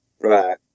Right